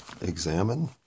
examine